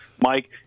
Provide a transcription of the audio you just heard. Mike